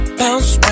bounce